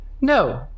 No